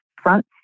front